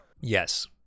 yes